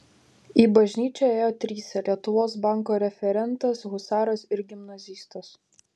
į bažnyčią ėjo trise lietuvos banko referentas husaras ir gimnazistas